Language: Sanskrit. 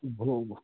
भो